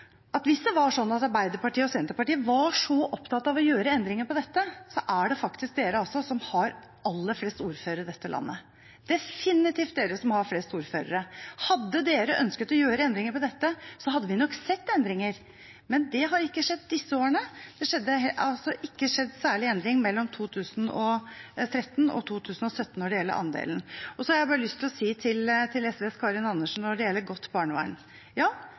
at hvis Arbeiderpartiet og Senterpartiet er så opptatt av å gjøre endringer i dette, er det faktisk de som har aller flest ordførere i dette landet – det er definitivt de som har flest ordførere. Hadde de ønsket å gjøre endringer i dette, hadde vi nok sett endringer, men det har ikke skjedd i disse årene. Det har altså ikke skjedd noen særlig endring i andelen mellom 2013 og 2017. Så har jeg bare lyst til å si til SVs Karin Andersen når det gjelder godt barnevern: Ja,